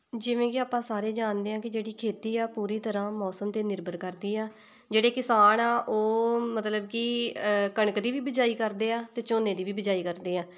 ਜਿਵੇਂ ਕਿ ਆਪਾਂ ਸਾਰੇ ਜਾਣਦੇ ਹਾਂ ਕਿ ਜਿਹੜੀ ਖੇਤੀ ਆ ਪੂਰੀ ਤਰ੍ਹਾਂ ਮੌਸਮ 'ਤੇ ਨਿਰਭਰ ਕਰਦੀ ਆ ਜਿਹੜੇ ਕਿਸਾਨ ਆ ਉਹ ਮਤਲਬ ਕਿ ਕਣਕ ਦੀ ਵੀ ਬਿਜਾਈ ਕਰਦੇ ਆ ਅਤੇ ਝੋਨੇ ਦੀ ਵੀ ਬਿਜਾਈ ਕਰਦੇ ਆ